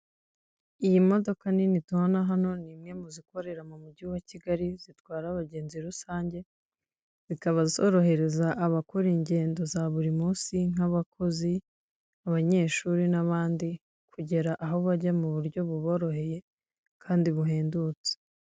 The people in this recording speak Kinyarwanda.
Iyi modoka nini tubona hano, ni imwe mu zikorera mu mugi wa Kigali, zitwara abagenzi rusange, zikaba zorohereza abakora ingendo za buri munsi, nk'abakozi, abanyeshyuri, n'abandi, kugera aho bajya mu buryo buboroheye, kandi buhendutse.